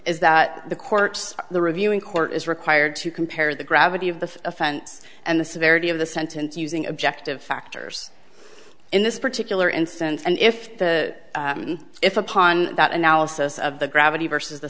is that the courts the reviewing court is required to compare the gravity of the offense and the severity of the sentence using objective factors in this particular instance and if the if upon that analysis of the gravity versus the